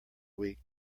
week